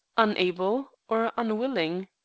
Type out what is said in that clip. unable, or unwilling?